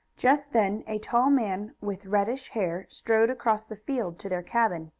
just then a tall man with reddish hair strode across the field to their cabin.